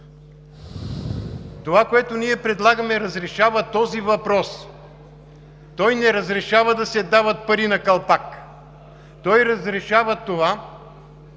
Това, което ние предлагаме, разрешава този въпрос. Той не разрешава да се дават пари на калпак. Той разрешава да